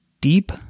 deep